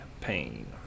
Pain